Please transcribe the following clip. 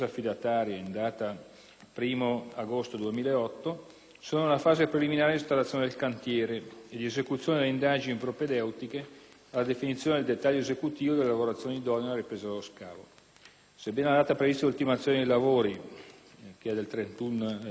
1° agosto 2008, sono nella fase preliminare di installazione del cantiere e di esecuzione delle indagini propedeutiche alla definizione del dettaglio esecutivo delle lavorazioni idonee alla ripresa dello scavo. Sebbene la data prevista di ultimazione dei lavori del 31 luglio 2009